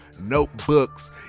Notebooks